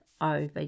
over